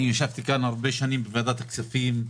אני ישבתי כאן הרבה שנים בוועדת הכספים,